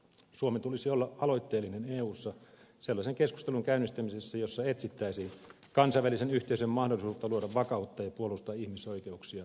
suomen tulisi olla aloitteellinen eussa sellaisen keskustelun käynnistämisessä jossa etsittäisiin kansainvälisen yhteisön mahdollisuutta luoda vakautta ja puolustaa ihmisoikeuksia tuolla alueella